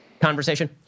conversation